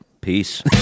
peace